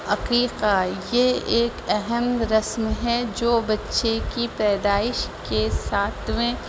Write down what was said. عقیقہ یہ ایک اہم رسم ہے جو بچے کی پیدائش کے ساتویں